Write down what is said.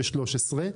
12 ו-13,